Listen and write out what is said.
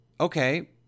okay